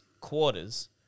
quarters